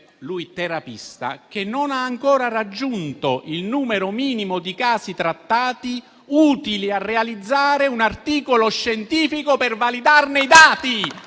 mototerapia, dice che non ha ancora raggiunto il numero minimo di casi trattati utili a realizzare un articolo scientifico per validarne i dati.